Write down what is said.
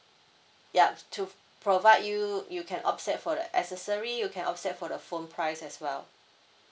yup to provide you you can offset for the accessory you can offset for the phone price as well